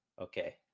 Okay